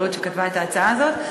רעות שכתבה את ההצעה הזאת.